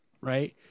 right